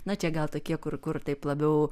na čia gal tokie kur kur taip labiau